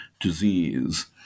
disease